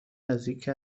نزدیک